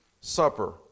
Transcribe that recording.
Supper